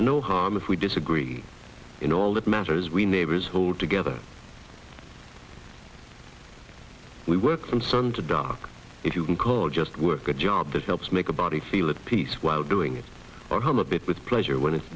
no harm if we disagree in all that matters we neighbors hold together we work from sun to doc if you can call just work a job that helps make a body feel at peace while doing it or home a bit with pleasure when it's